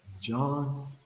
John